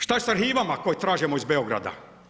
Šta je sa arhivama koje tražimo iz Beograda?